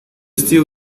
still